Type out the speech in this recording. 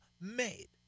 made